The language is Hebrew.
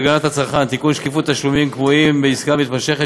שקיפות תשלומים קבועים בעסקה מתמשכת),